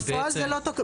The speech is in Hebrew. בפועל זה לא תוקע.